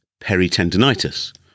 peritendinitis